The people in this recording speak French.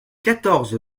quatorze